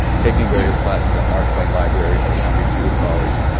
taking various classes at mark twain library or long beach city college,